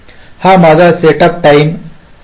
हा माझा setup time आहे